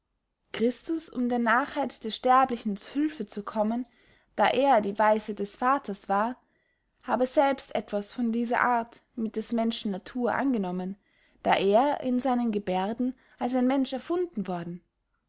christus um der narrheit der sterblichen zu hülfe zu kommen da er die weisheit des vaters war habe selbst etwas von dieser art mit des menschen natur angenommen da er in seinen geberden als ein mensch erfunden worden